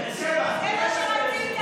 זה מה שרצית?